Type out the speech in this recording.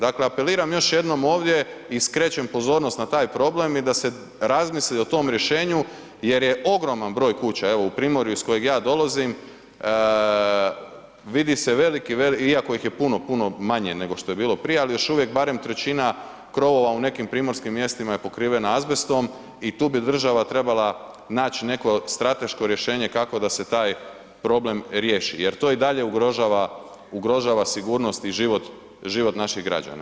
Dakle, apeliram još jednom ovdje i skrećem pozornost na taj problem i da se razmisli o tom rješenju jer je ogroman broj kuća, evo u Primorju iz kojeg ja dolazim vidi se veliki, veliki iako ih je puno, puno manje nego što je bilo prije, ali još uvijek barem trećina krovova u nekim primorskim mjestima je pokrivena azbestom i tu bi država trebala naći neko strateško rješenje kako da se taj problem riješi jer to i dalje ugrožava sigurnost i život naših građana.